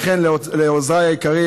וכן לעוזריי היקרים,